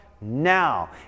now